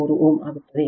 93 Ω ಆಗುತ್ತದೆ